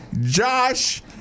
Josh